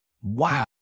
wow